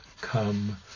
come